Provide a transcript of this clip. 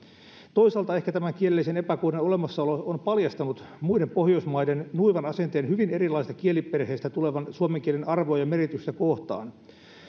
toisaalta ehkä tämän kielellisen epäkohdan olemassaolo on paljastanut muiden pohjoismaiden nuivan asenteen hyvin erilaisesta kieliperheestä tulevan suomen kielen arvojen merkitystä kohtaan